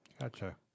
Gotcha